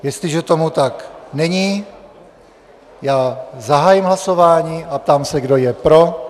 Jestliže tomu tak není, zahajuji hlasování a ptám se, kdo je pro.